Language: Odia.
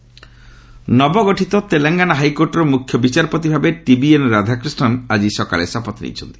ତେଲଙ୍ଗାନା ଏଚ୍ସି ନବଗଠିତ ତେଲଙ୍ଗାନା ହାଇକୋର୍ଟର ମ୍ରଖ୍ୟ ବିଚାରପତି ଭାବେ ଟିବିଏନ୍ ରାଧାକ୍ରିଷ୍ଣନ୍ ଆକି ସକାଳେ ଶପଥ ନେଇଛନ୍ତି